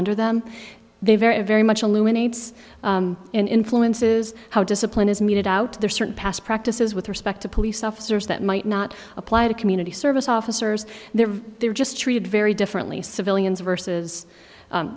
under them they very very much lou in its influences how discipline is meted out there certain past practices with respect to police officers that might not apply to community service officers there they're just treated very differently civilians versus